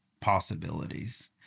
possibilities